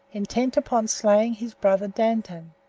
intent upon slaying his brother dantan.